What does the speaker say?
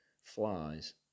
Flies